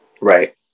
right